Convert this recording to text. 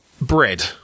Bread